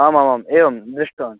आम् आमाम् एवं दृष्टवान्